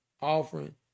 offering